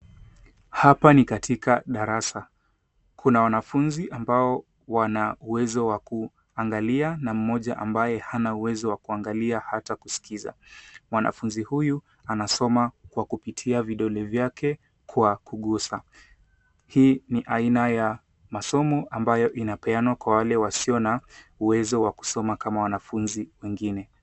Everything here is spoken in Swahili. Hapa ni katika darasa, kuna wanafunzi ambao wana uwezo wakuangalia na mmoja ambaye hana uwezo wa kuangalia hata kusikiza. Mwanafunzi huyu anasoma kwa kupitia vidole vyake kwa kugusa. Hii ni aina ya masoma ambayo inapeanwa kwa wale wasio na uwezo wa kusoma kama wanafunzi wengine.